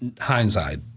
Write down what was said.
hindsight